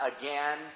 again